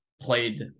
played